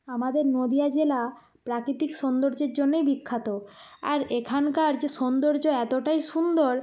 আমাদের নদিয়া জেলা প্রাকৃতিক সৌন্দর্যের জন্যই বিখ্যাত আর এখানকার যে সৌন্দর্য এতটাই সুন্দর